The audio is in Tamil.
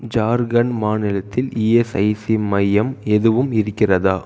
ஜார்கண்ட் மாநிலத்தில் இஎஸ்ஐசி மையம் எதுவும் இருக்கிறதா